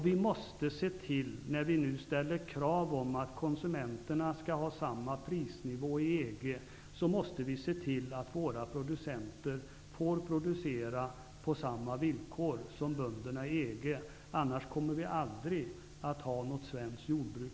Vi måste se till att våra producenter får producera på samma villkor som bönderna i EG, när vi nu ställer krav på att konsumenterna inom EG skall ha samma prisnivå. Gör vi inte det kommer vi inte att ha kvar något svenskt jordbruk.